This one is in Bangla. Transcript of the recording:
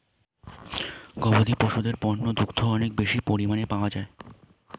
গবাদি পশুদের পণ্য দুগ্ধ অনেক বেশি পরিমাণ পাওয়া যায়